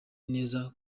neza